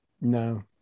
No